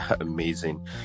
amazing